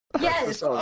Yes